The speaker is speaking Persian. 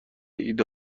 ایده